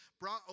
brought